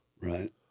Right